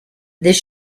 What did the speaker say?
this